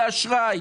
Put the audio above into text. זה אשראי.